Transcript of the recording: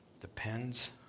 depends